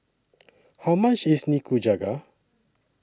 How much IS Nikujaga